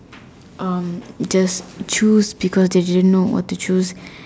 um just choose because they didn't know what to choose